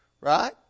right